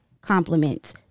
compliments